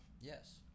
Yes